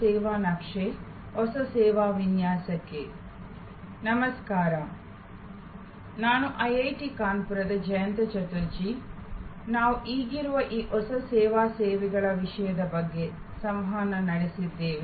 ಸ ಸೇವಾ ಸೇವೆಗಳ ವಿಷಯದ ಬಗ್ಗೆ ಸಂವಹನ ನಡೆಸುತ್ತಿದ್ದೇವೆ